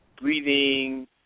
Breathing